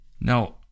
Now